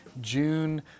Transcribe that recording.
June